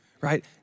right